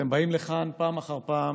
אתם באים לכאן פעם אחר פעם